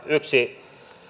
yksi